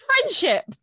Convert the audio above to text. friendship